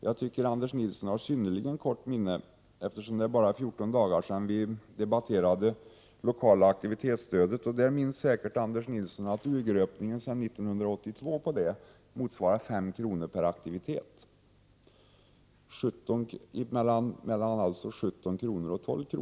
Jag tycker Anders Nilsson har synnerligen kort minne, eftersom det bara är 14 dagar sedan vi debatterade det lokala aktivitetsstödet. Anders Nilsson minns säkert att urgröpningen av detta sedan 1982 motsvarar 5 kr. per aktivitet, skillnaden mellan 17 kr. och 12 kr.